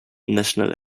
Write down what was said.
national